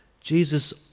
Jesus